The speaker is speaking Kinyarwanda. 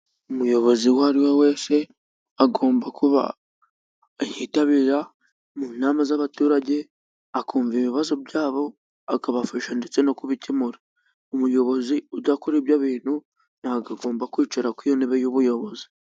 Umuyobozi uwo ari we wese agomba kuba yitabira mu nama z'abaturage, akumva ibibazo byabo, akabafasha ndetse no kubikemura. Umuyobozi udakora ibyo bintu ntabwo aba agomba kwicara kuri iyo ntebe y'ubuyobozi.